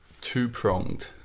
two-pronged